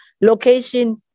Location